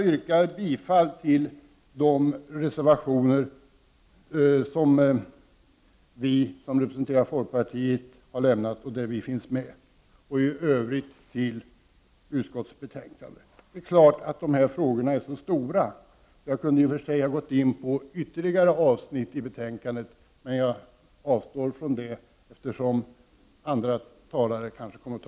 Frågorna i detta betänkande är så stora att jag kunde ha gått in på ytterligare avsnitt, men jag avstår från det eftersom andra talare nog kommer att ta upp dem. Jag yrkar bifall till de reservationer där folkpartiet finns med och i övrigt till utskottets hemställan.